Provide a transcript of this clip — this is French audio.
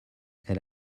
elle